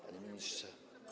Panie Ministrze!